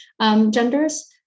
genders